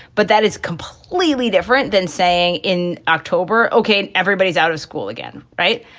but that is completely different than saying in october, ok. everybody's out of school again. right.